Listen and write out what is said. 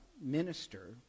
minister